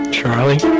Charlie